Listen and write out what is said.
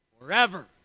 forever